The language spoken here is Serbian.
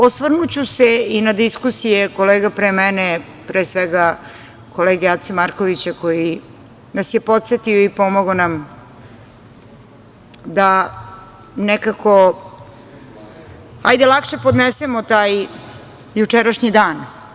Osvrnuću se i na diskusije kolega pre mene, pre svega kolege Ace Markovića, koji nas je podsetio i pomogao nam da nekako lakše podnesemo taj jučerašnji dan.